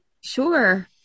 Sure